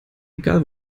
egal